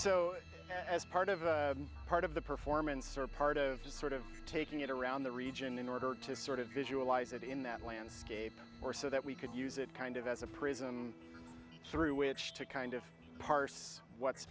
so as part of a part of the performance or part of sort of taking it around the region in order to sort of visualize it in that landscape or so that we could use it kind of as a prism through which to kind of